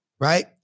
right